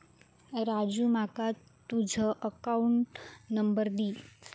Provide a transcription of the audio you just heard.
राजू माका तुझ account number दी